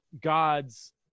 god's